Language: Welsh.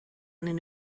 arnyn